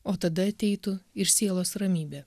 o tada ateitų ir sielos ramybė